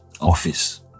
office